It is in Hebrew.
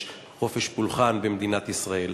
יש חופש פולחן במדינת ישראל,